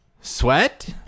Sweat